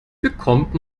bekommt